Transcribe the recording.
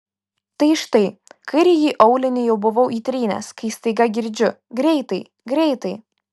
tai štai kairįjį aulinį jau buvau įtrynęs kai staiga girdžiu greitai greitai